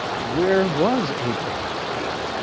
where was abraham then?